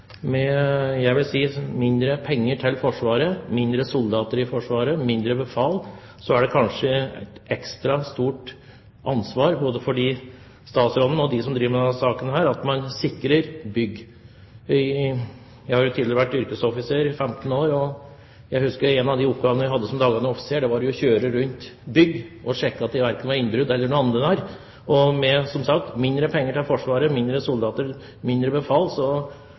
Jeg vil si at med mindre penger til Forsvaret, færre soldater i Forsvaret og færre befal er det kanskje et ekstra stort ansvar både for statsråden og andre som driver med denne saken, å sikre bygg. Jeg har tidligere vært yrkesoffiser i 15 år. Jeg husker at én av de oppgavene jeg hadde som daværende offiser, var å kjøre rundt bygg og sjekke at det verken var innbrudd eller noe annet der. Men som sagt, med mindre penger til Forsvaret, færre soldater og færre befal